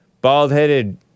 Bald-headed